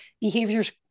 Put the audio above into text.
behaviors